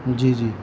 جی جی